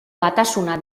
batasuna